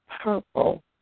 purple